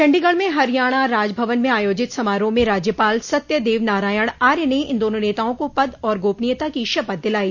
चण्डीगढ़ में हरियाणा राजभवन में आयोजित समारोह में राज्यपाल सत्यदेव नारायण आर्य ने इन दोनों नेताओं को पद और गोपनीयता की शपथ दिलायी